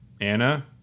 Anna